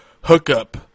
hookup